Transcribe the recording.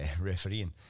refereeing